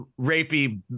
rapey